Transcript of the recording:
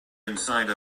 inside